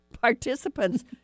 participants